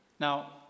Now